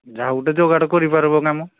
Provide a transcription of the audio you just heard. ଯାହା ଗୋଟେ ଯୋଗାଡ଼ କରି ପାରିବ କାମ